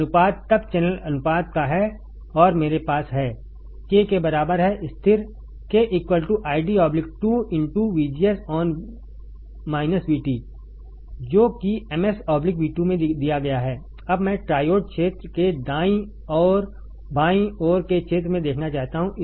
WL अनुपात तब channel अनुपात का है और मेरे पास है k के बराबर है स्थिर k ID 2 जो कि ms v2 में दिया गया है अब मैं ट्रायोड क्षेत्र को दाईं ओर बाईं ओर के क्षेत्र में देखना चाहता हूं